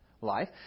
life